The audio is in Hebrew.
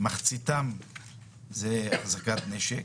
מחציתם על החזקת נשק.